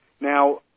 Now